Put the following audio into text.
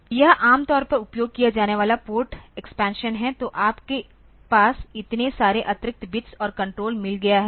तो यह आमतौर पर उपयोग किया जाने वाला पोर्ट एक्सपेंशन है तो आपके पास इतने सारे अतिरिक्त बिट्स और कण्ट्रोल मिल गया है